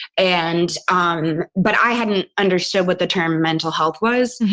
and, um but i hadn't understood what the term mental health was.